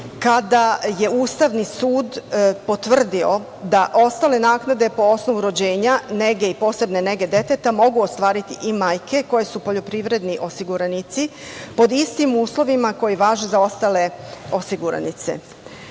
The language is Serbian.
kada je Ustavni sud potvrdio da ostale naknade po osnovu rođenja, nege i posebne nege deteta mogu ostvariti i majke koje su poljoprivredni osiguranici, po istim uslovim koji važe za ostale osiguranice. Istom